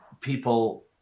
people